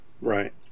right